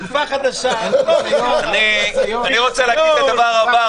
תקופה חדשה --- אני רוצה להגיד את הדבר הבא,